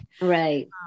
Right